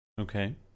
Okay